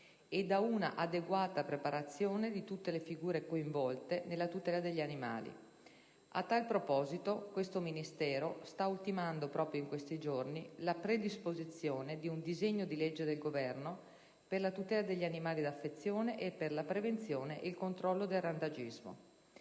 e da un'adeguata preparazione di tutte le figure coinvolte nella tutela degli animali. A tal proposito, questo Ministero sta ultimando, proprio in questi giorni, la predisposizione di un disegno di legge del Governo per la tutela degli animali d'affezione e per la prevenzione e il controllo del randagismo.